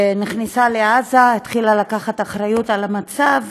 נכנסה לעזה, התחילה לקחת אחריות למצב,